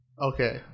Okay